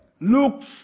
looks